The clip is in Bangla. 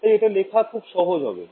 তাই এটা লেখা খুব সহজ হবে